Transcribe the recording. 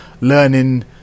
learning